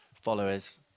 followers